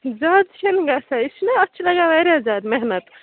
زیادٕ چھِنہٕ گژھان یہِ چھِنَہ اَتھ چھِ لَگان واریاہ زیادٕ محنت